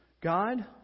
God